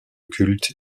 culte